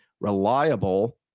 reliable